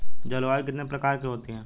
जलवायु कितने प्रकार की होती हैं?